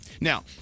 Now